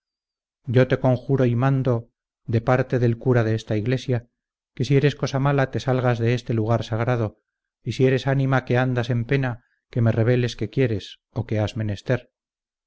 yo te conjuro y mando de parte del cura de esta iglesia que si eres cosa mala te salgas de este lugar sagrado y si eres ánima que anclas en pena que me reveles qué quieres o qué has menester